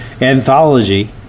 anthology